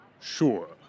sure